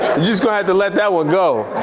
you're just gonna have to let that one go.